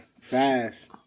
fast